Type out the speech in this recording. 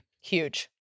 Huge